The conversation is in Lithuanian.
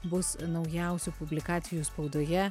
bus naujausių publikacijų spaudoje